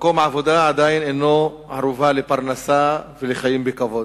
מקום עבודה עדיין אינו ערובה לפרנסה ולחיים בכבוד.